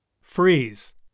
Freeze